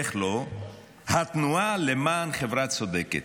איך לא, "התנועה למען חברה צודקת".